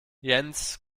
jens